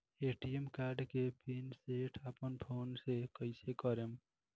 ATM card के pin set अपना phone से कइसे करेम?